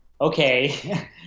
okay